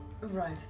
Right